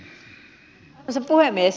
arvoisa puhemies